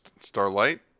Starlight